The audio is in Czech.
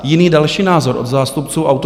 Jiný další názor od zástupců autoškol.